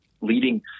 leading